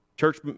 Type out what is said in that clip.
Church